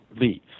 leave